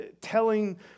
telling